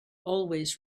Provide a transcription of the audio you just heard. always